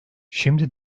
şimdi